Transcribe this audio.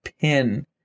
pin